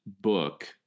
book